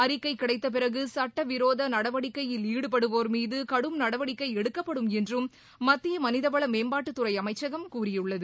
அறிக்கை கிடைத்தப்பிறகு சட்டவிரோத நடவடிக்கையில் ஈடுபடுவோர் மீது கடும் நடவடிக்கை எடுக்கப்படும் என்றும் மத்திய மனிதவள மேம்பாட்டுத்துறை அமைச்சகம் கூறியுள்ளது